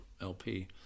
LP